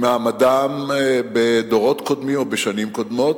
ממעמדן בדורות קודמים או בשנים קודמות,